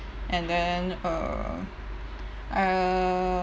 and then err uh